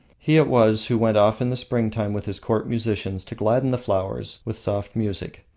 he it was who went off in the springtime with his court musicians to gladden the flowers with soft music.